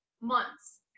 months